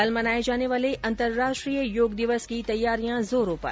कल मनाये जाने वाले अंतराष्ट्रीय योग दिवस की तैयारियां जोरो पर